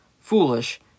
foolish